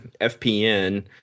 FPN